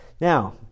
Now